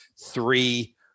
three